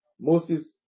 Moses